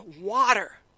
water